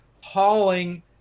hauling